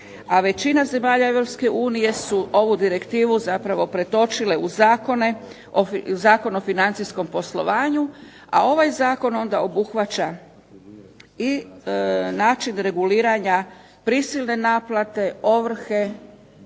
većina zemalja Europske unije su ovu direktivu zapravo pretočile u zakon o financijskom poslovanju, a ovaj zakon onda osigurava i način reguliranja prisilne naplate, ovrhe